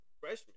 freshman